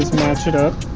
match it up